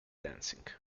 dancing